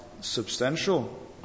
substantial